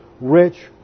rich